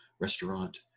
restaurant